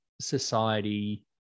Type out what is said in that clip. society